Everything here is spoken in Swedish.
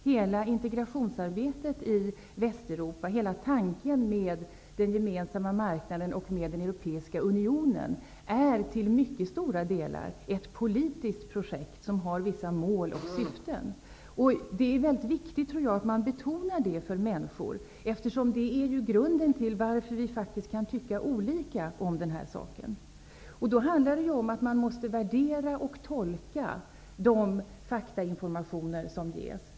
Hela integrationsarbetet i Västeuropa, hela tanken med den gemensamma marknaden och den europeiska unionen är till mycket stora delar ett politiskt projekt som har vissa mål och syften. Jag tror att det är viktigt att man betonar detta för människor, eftersom det är grunden till att vi faktiskt kan tycka olika i den här frågan. Då handlar det om att man måste värdera och tolka de faktainformationer som ges.